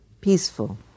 peaceful